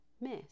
miss